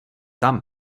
tam